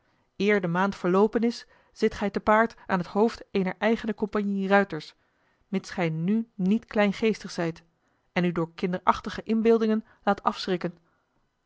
de maand verloopen is zit gij te paard aan het hoofd eener eigene compagnie ruiters mits gij nu niet kleingeestig zijt en u door kinderachtige inbeeldingen laat afschrikken